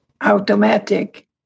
Automatic